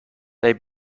they